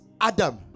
Adam